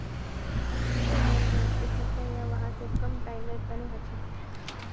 interbank loan एक हफ्ता या वहा स कम टाइमेर तने हछेक